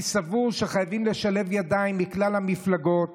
אני סבור שחייבים לשלב ידיים מכלל המפלגות